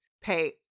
Pay